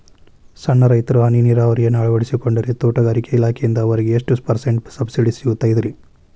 ಸಣ್ಣ ರೈತರು ಹನಿ ನೇರಾವರಿಯನ್ನ ಅಳವಡಿಸಿಕೊಂಡರೆ ತೋಟಗಾರಿಕೆ ಇಲಾಖೆಯಿಂದ ಅವರಿಗೆ ಎಷ್ಟು ಪರ್ಸೆಂಟ್ ಸಬ್ಸಿಡಿ ಸಿಗುತ್ತೈತರೇ?